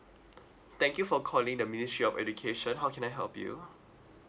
thank you for calling the ministry of education how can I help you